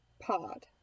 pod